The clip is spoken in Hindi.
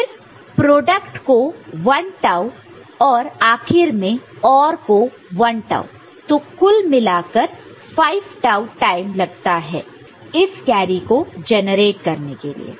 फिर प्रोडक्ट का 1 टाऊ और आखिर में OR का 1 टाऊ तो कुल मिलाकर 5 टाऊ टाइम लगता है इस कैरी को जेनरेट करने के लिए